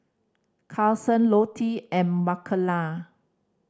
Carsen Lottie and Makena